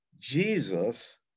Jesus